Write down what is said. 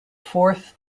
fourth